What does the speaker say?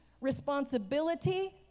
responsibility